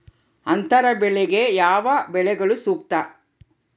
ಅಂತರ ಬೆಳೆಗೆ ಯಾವ ಬೆಳೆಗಳು ಸೂಕ್ತ?